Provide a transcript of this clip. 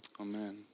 Amen